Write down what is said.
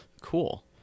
Cool